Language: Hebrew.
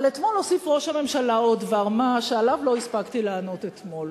אבל אתמול הוסיף ראש הממשלה עוד דבר-מה שעליו לא הספקתי לענות אתמול.